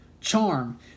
Charm